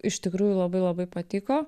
iš tikrųjų labai labai patiko